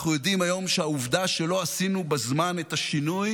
אנחנו יודעים היום שהעובדה שלא עשינו בזמן את השינוי